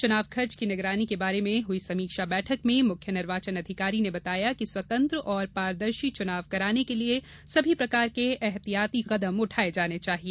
चुनाव खर्च की निगरानी के बारे में हुई समीक्षा बैठक में मुख्य निर्वाचन अधिकारी ने बताया कि स्वतंत्र और पारदर्शी चुनाव कराने के लिए सभी प्रकार के एहतियाती कदम उठाए जाने चाहिए